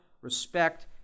respect